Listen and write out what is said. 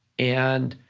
and